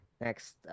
Next